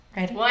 Ready